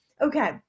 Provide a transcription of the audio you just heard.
okay